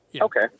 Okay